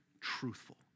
truthful